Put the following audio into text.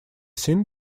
seen